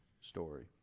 story